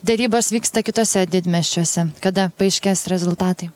derybos vyksta kituose didmiesčiuose kada paaiškės rezultatai